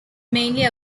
mainly